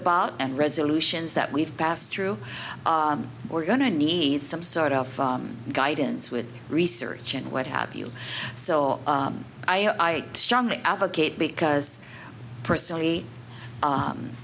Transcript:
about and resolutions that we've passed through we're going to need some sort of guidance with research and what have you saw i strongly advocate because personally